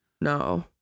No